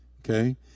okay